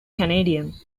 canadian